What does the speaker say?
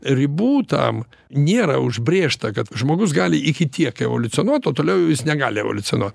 ribų tam nėra užbrėžta kad žmogus gali iki tiek evoliucionuot o toliau jau jis negali evoliucionuot